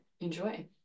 enjoy